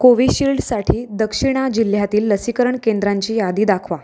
कोव्हिशिल्डसाठी दक्षिणा जिल्ह्यातील लसीकरण केंद्रांची यादी दाखवा